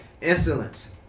insolence